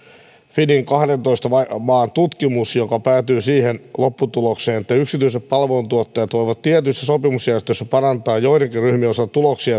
finnin kahdentoista maan tutkimus joka päätyy siihen lopputulokseen että yksityiset palveluntuottajat voivat tietyissä sopimusjärjestelyissä parantaa joidenkin ryhmien osalta tuloksia